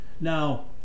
Now